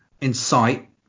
insight